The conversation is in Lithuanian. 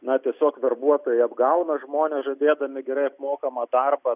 na tiesiog verbuotojai apgauna žmones žadėdami gerai apmokamą darbą